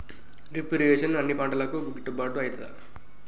Drip irrigation అన్ని పంటలకు గిట్టుబాటు ఐతదా?